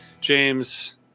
James